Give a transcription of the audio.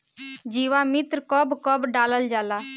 जीवामृत कब कब डालल जाला?